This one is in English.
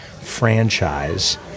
franchise